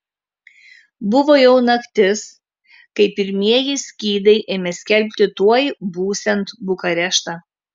buvo jau naktis kai pirmieji skydai ėmė skelbti tuoj būsiant bukareštą